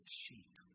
sheep